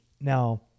now